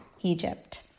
Egypt